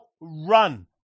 Run